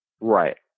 Right